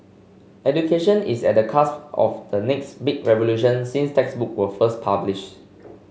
education is at cusp of the next big revolution since textbook were first published